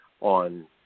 on